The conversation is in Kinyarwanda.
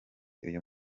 uyu